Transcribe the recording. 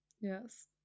Yes